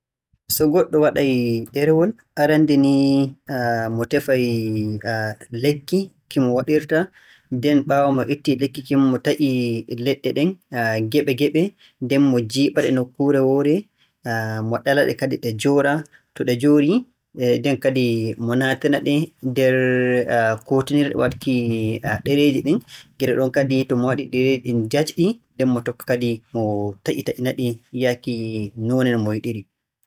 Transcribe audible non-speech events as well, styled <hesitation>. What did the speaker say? So goɗɗo waɗay ɗerewol, arannde ni <hesitation> mo tefay <hesitation> lekki ki mo waɗirta. Nden ɓaamo mo ittii lekki kin mo taƴii leɗɗe ɗen <hesitation> geɓe-geɓe, mo jiiɓa-ɗe nokkuure woore. <hesitation> Mo ɗala-ɗe kadi ɗe njoora, to ɗe njoorii nden kadi mo naatina-ɗe nder <hesitation> kuutinirɗe waɗki ɗereeji ɗin. Gila ɗon kadi to mo waɗii ɗereeji ɗin jaajɗi, nden kadi mo tokka mo taƴitaƴina-ɗi yahki noone no mo yiɗiri.